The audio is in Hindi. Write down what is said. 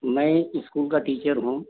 मैं इस्कूल का टीचर हूँ